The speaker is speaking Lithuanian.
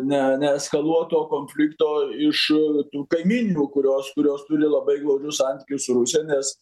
ne neeskaluot to konflikto iš tų kaimyninių kurios kurios turi labai glaudžių santykių su rusija nes